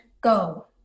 go